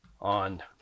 on